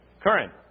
Current